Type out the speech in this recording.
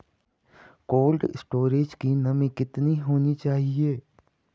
Cold storage की नमी कितनी होनी चाहिए?